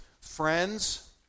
Friends